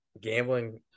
gambling